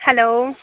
hello